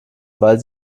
weil